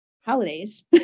holidays